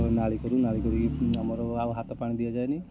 ତା'ପରେ ନାଳି କରୁ ନାଳି କରିକି ଆମର ଆଉ ହାତ ପାଣି ଦିଆଯାଏନି